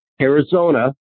Arizona